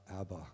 Abba